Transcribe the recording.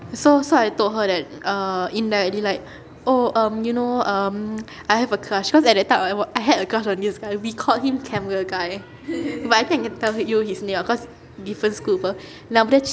so so I told her that err indirectly like oh um you know um I have a crush cause at that time I was I had a crush on this guy we called him camera guy but I think I can tell you his name ah cause different school [pe] nama dia